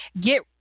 get